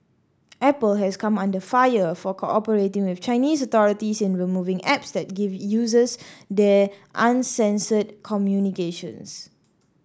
apple has come under fire for cooperating with Chinese authorities in removing apps that give users there uncensored communications